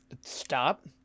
Stop